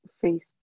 face